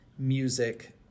music